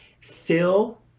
fill